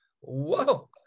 Whoa